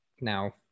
Now